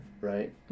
right